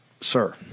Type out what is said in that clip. sir